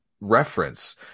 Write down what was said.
reference